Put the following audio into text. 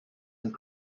and